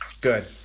Good